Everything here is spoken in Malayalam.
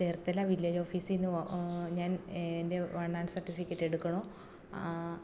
ചേർത്തല വില്ലേജ് ഓഫീസിൽ നിന്ന് ഞാൻ എൻ്റെ വൺ ആൻ സർട്ടിഫിക്കറ്റ് എടുക്കണോ